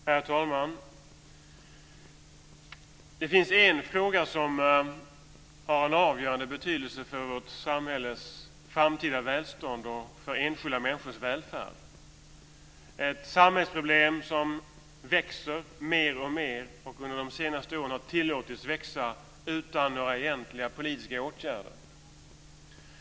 Herr talman! Det finns en fråga som har avgörande betydelse för vårt samhälles framtida välstånd och för enskilda människors välfärd, ett samhällsproblem som växer mer och mer och som under de senaste åren har tillåtits växa utan några egentliga politiska åtgärder.